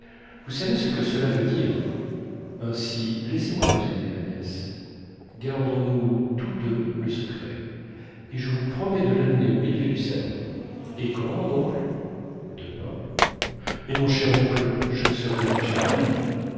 vous savez ce que cela veut dire ainsi laissez-moi vous aider ma nièce gardons-nous tous deux le secret et je vous promets de l'amener au milieu du salon et quand mon oncle demain mais mon cher oncle je ne serai obligée à rien